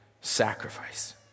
sacrifice